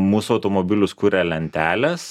mūsų automobilius kuria lentelės